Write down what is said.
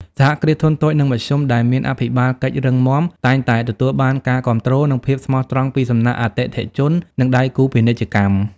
សហគ្រាសធុនតូច និងមធ្យម ដែលមានអភិបាលកិច្ចរឹងមាំ តែងតែទទួលបានការគាំទ្រ និងភាពស្មោះត្រង់ពីសំណាក់អតិថិជន និងដៃគូពាណិជ្ជកម្ម។